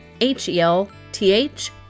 H-E-L-T-H